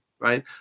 right